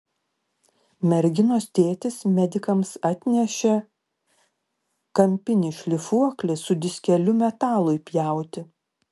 merginos tėtis medikams atnešė kampinį šlifuoklį su diskeliu metalui pjauti